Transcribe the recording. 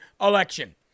election